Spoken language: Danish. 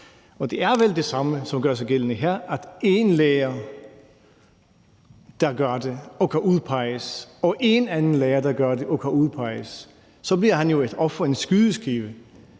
det er vel det samme, som gør sig gældende her, nemlig at én lærer, der gør det, kan udpeges, og en anden lærer, der gør det, kan udpeges, og så bliver de jo ofre, og de bliver